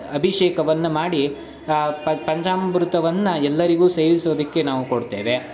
ಅಭಿಷೇಕವನ್ನು ಮಾಡಿ ಪ ಪಂಚಾಮೃತವನ್ನು ಎಲ್ಲರಿಗೂ ಸೇವಿಸೋದಕ್ಕೆ ನಾವು ಕೊಡ್ತೇವೆ